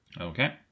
Okay